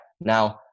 now